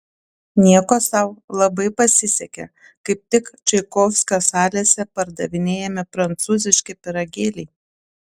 nieko sau labai pasisekė kaip tik čaikovskio salėse pardavinėjami prancūziški pyragėliai